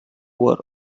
were